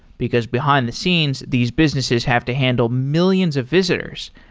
because behind-the-scenes, these businesses have to handle millions of visitors.